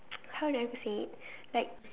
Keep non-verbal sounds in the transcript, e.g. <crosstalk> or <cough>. <noise> how do I say it like